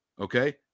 okay